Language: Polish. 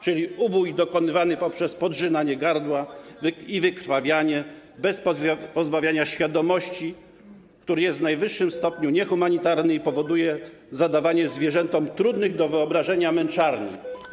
Czyli ubój dokonywany poprzez podrzynanie gardła i wykrwawianie, bez pozbawiania świadomości, który jest w najwyższym stopniu niehumanitarny i powoduje zadawanie zwierzętom trudnych do wyobrażenia męczarni.